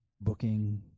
booking